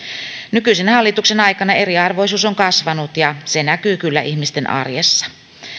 nykyisen hallituksen aikana eriarvoisuus on kasvanut ja se näkyy kyllä ihmisten arjessa